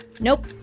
Nope